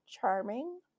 charming